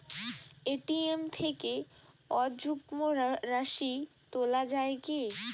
ATM থেকে অযুগ্ম রাশি তোলা য়ায় কি?